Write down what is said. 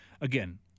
again